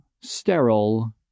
sterile